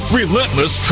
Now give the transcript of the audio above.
relentless